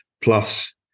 plus